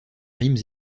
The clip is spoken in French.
rimes